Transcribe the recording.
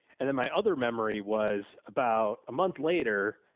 and then my other memory was about a month later.